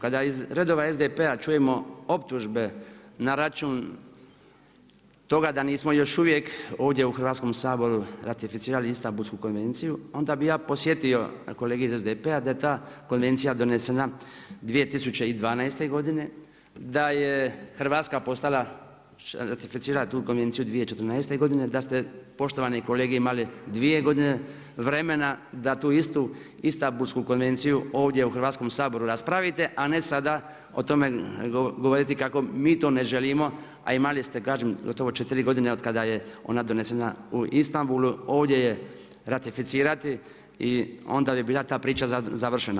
Kada iz redova SDP-a čujemo optužbe na račun toga da nismo još uvijek ovdje u Hrvatskom saboru ratificirali Istambulsku konvenciju, onda bi ja podsjetio kolege iz SDP-a da je ta konvencija donesena 2012. g., da je Hrvatska postala, ratificirala tu konvenciju 2014., da ste poštovane kolege imali 2 g. vremena da tu istu Istambulsku konvenciju, ovdje u Hrvatskom saboru raspravite, a ne sada o tome govoriti kako mi to ne želimo, a imali ste, kažem gotovo 4 godine od kada je ona donesena u Istambulu, ovdje je ratificirati i onda bi bila ta priča završena.